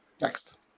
next